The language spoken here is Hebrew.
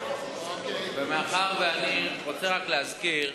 אני רוצה רק להזכיר